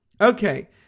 Okay